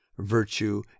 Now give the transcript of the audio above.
virtue